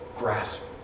Grasp